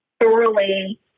thoroughly